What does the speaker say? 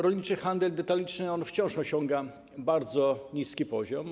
Rolniczy handel detaliczny wciąż osiąga bardzo niski poziom.